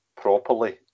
properly